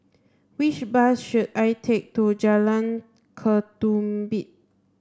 which bus should I take to Jalan Ketumbit